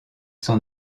sont